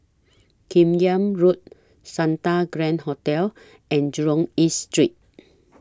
Kim Yam Road Santa Grand Hotel and Jurong East Street